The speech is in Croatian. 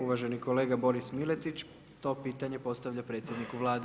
Uvaženi kolega Boris Miletić to pitanje postavlja predsjedniku Vlade.